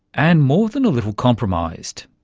and more than a little compromised.